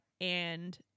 and-